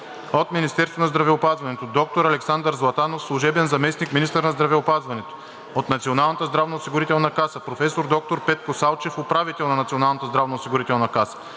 Министерството на здравеопазването – доктор Александър Златанов – служебен заместник-министър на здравеопазването; Националната здравноосигурителна каса – професор доктор Петко Салчев – управител; Националния осигурителен